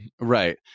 Right